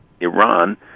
Iran